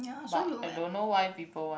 but I don't know why people want